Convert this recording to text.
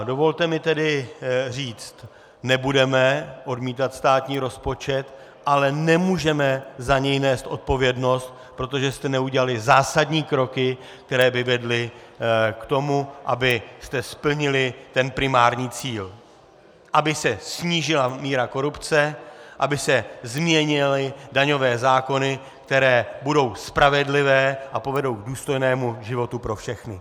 Dovolte mi tedy říct nebudeme odmítat státní rozpočet, ale nemůžeme za něj nést odpovědnost, protože jste neudělali zásadní kroky, které by vedly k tomu, abyste splnili ten primární cíl, aby se snížila míra korupce, aby se změnily daňové zákony, které budou spravedlivé a povedou k důstojnému životu pro všechny.